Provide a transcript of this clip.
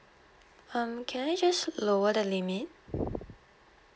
um can I just lower the limit